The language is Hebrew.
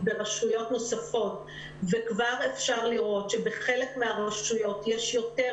ברורים וזה לא נשמע שאכן יהיה שינוי